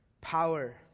power